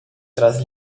tras